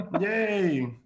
Yay